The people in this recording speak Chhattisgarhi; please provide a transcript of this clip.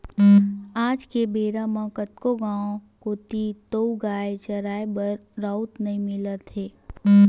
आज के बेरा म कतको गाँव कोती तोउगाय चराए बर राउत नइ मिलत हे